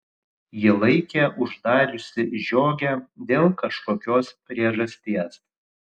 ji laikė uždariusi žiogę dėl kažkokios priežasties